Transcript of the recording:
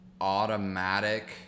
automatic